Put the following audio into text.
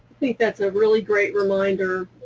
think that's a really great reminder.